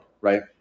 right